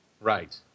Right